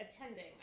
attending